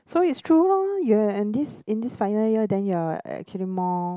so it's true lor you're in this in this final year then you're actually more